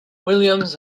williams